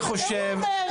את אומרת, והוא אומר.